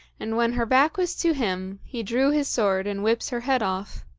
and when her back was to him he drew his sword and whips her head off